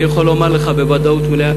אני יכול לומר לך בוודאות מלאה,